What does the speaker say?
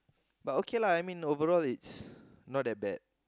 but okay lah I mean overall it's not that bad